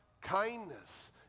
kindness